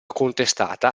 contestata